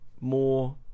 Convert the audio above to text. more